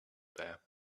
there